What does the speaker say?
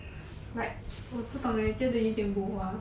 like 我不懂 leh 我觉得有一点 bohua